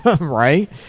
right